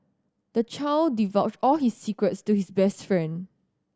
the child divulged all his secrets to his best friend